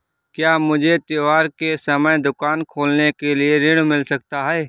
क्या मुझे त्योहार के समय दुकान खोलने के लिए ऋण मिल सकता है?